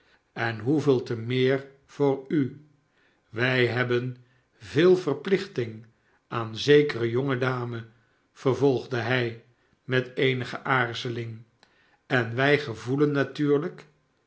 en hoeveel te meer voor u wij hebben yeel verplichting aan zekere jonge dame vervolgde hij met eenige aarzeling en wij gevoelen natuurlijk